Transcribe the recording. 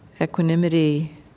equanimity